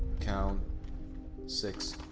count six,